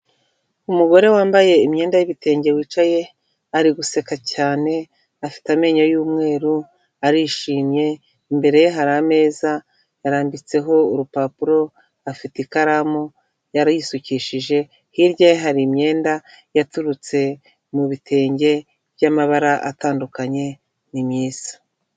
Umugore wambaye imyenda y'ibitenge wicaye ari guseka cyane afite amenyo y'umweru arishimye, imbere ye hari ameza harambitseho urupapuro afite ikaramu yarisukishije, hirya ye hari imyenda yaturutse mu bitenge by'amabara atandukanye ni myiza.